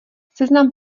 seznam